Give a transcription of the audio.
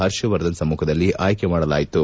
ಪರ್ಷವರ್ಧನ್ ಸಮ್ಮುಖದಲ್ಲಿ ಆಯ್ಕೆ ಮಾಡಲಾಯಿತು